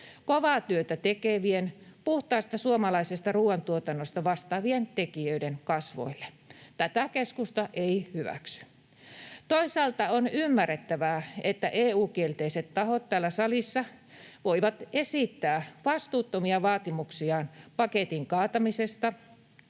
kovaa työtä tekevien, puhtaasta suomalaisesta ruuantuotannosta vastaavien tekijöiden kasvoille. Tätä keskusta ei hyväksy. Toisaalta on ymmärrettävää, että EU-kielteiset tahot täällä salissa voivat esittää vastuuttomia vaatimuksiaan paketin kaatamisesta